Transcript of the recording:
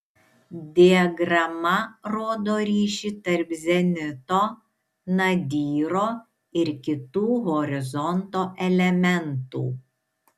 diagrama rodo ryšį tarp zenito nadyro ir kitų horizonto elementų